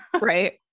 right